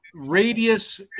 radius